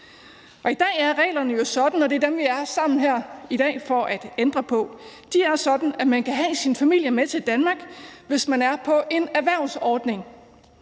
i dag for at ændre på, at man kan have sin familie med til Danmark, hvis man er på en erhvervsordning,